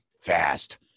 fast